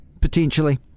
potentially